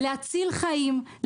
להציל חיים,